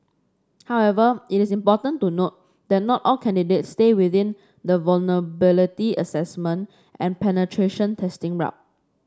however it is important to note that not all candidates stay within the vulnerability assessment and penetration testing route